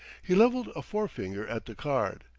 he leveled a forefinger at the card.